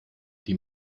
die